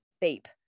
beep